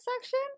section